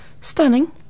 Stunning